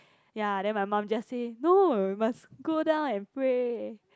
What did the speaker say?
ya then my mum just say no must go down and pray